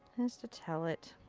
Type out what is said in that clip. just to tell it.